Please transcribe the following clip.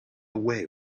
away